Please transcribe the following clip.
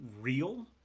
real